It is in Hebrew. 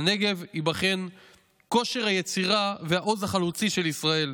"בנגב ייבחן כושר היצירה והעוז החלוצי של ישראל,